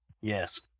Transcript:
Yes